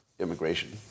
Immigration